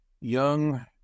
young